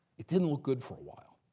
it didn't look good for a while.